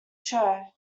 show